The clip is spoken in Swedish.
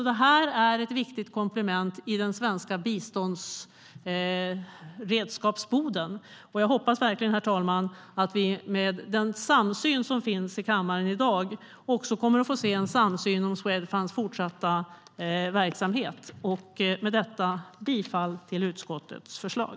Det här är alltså ett viktigt komplement i den svenska biståndsredskapsboden. Jag hoppas verkligen, herr talman, att vi med den samsyn som finns i kammaren i dag också kommer att få se en samsyn om Swedfunds fortsatta verksamhet. Med detta yrkar jag bifall till utskottets förslag.